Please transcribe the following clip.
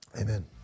Amen